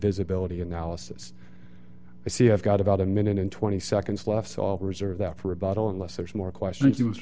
visibility analysis i see i've got about a minute and twenty seconds left all reserve that for a bottle unless there's more questions he was